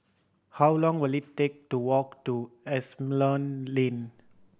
how long will it take to walk to Asimont Lane